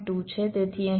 તેથી અહીં તે 3